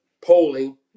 polling